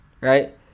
right